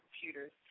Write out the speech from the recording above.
computers